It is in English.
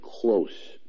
close